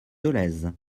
dolez